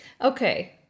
Okay